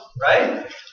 right